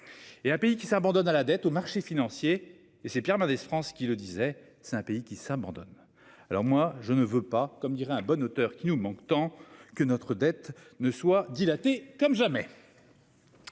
Et un pays qui s'abandonne à la dette aux marchés financiers et c'est Pierre Mendès France qui le disait, c'est un pays qui s'abandonne alors moi je ne veux pas comme dirait un bon auteur qui nous manque tant que notre dette ne soient dilatée comme jamais.